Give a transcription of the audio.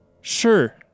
Sure